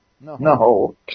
No